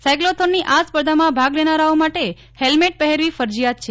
સાઈક્લોથોનની આ સ્પર્ધામાં ભાગ લેનારાઓ માટે ફેલ્મેટ પફેરવી ફરજિયાત છે